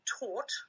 taught